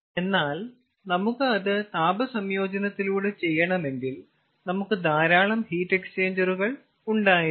എന്നാൽ നമുക്ക് അത് താപ സംയോജനത്തിലൂടെ ചെയ്യണമെങ്കിൽ നമുക്ക് ധാരാളം ഹീറ്റ് എക്സ്ചേഞ്ചറുകൾ ഉണ്ടായിരിക്കണം